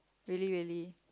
really really